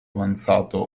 avanzato